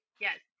yes